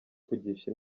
kugisha